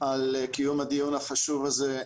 על קיום הדיון החשוב הזה.